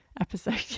episode